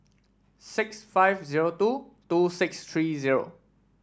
six five zero two two six three zero